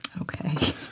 Okay